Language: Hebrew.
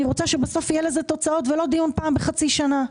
אני רוצה שבסוף יהיו לזה תוצאות ולא דיון פעם בחצי שנה.